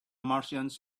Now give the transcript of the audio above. martians